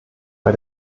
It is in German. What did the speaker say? bei